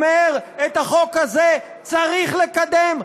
אומר: את החוק הזה צריך לקדם,